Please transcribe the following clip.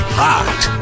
hot